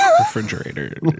refrigerator